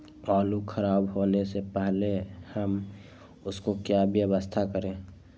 आलू खराब होने से पहले हम उसको क्या व्यवस्था करें?